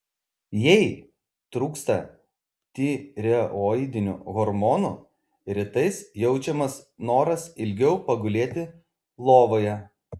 jei trūksta tireoidinių hormonų rytais jaučiamas noras ilgiau pagulėti lovoje